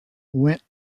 went